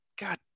God